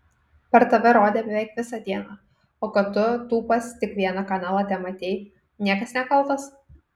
per tv rodė beveik visą dieną o kad tu tūpas tik vieną kanalą tematei niekas nekaltas